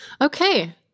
Okay